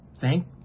thank